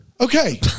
Okay